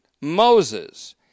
Moses